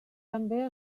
també